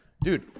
Dude